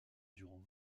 durant